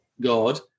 God